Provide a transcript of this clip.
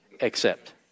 accept